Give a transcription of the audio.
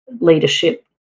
leadership